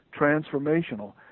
transformational